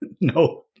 No